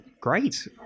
great